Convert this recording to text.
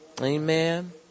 Amen